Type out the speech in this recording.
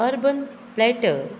urban platter